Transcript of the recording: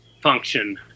function